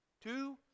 two